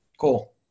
cool